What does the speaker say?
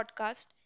podcast